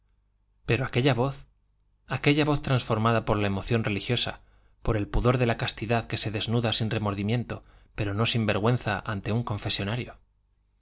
pero aquella voz aquella voz transformada por la emoción religiosa por el pudor de la castidad que se desnuda sin remordimiento pero no sin vergüenza ante un confesonario